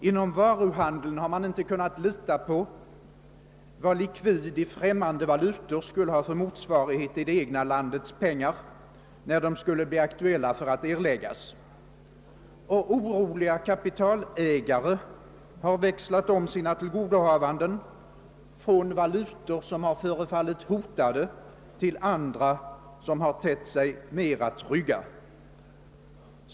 Inom varuhandeln har man inte kunnat lita på vad likvid i främmande valutor skulle ha för motsvarighet i det egna landets pengar när likviden skulle bli aktuell för att erläggas, och oroade kapitalägare har växlat om sina tillgodohavanden från valutor som har förefallit hotade till andra som har tett sig tryggare.